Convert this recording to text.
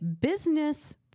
business